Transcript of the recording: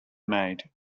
made